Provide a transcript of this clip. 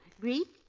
Greek